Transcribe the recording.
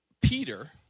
Peter